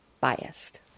Biased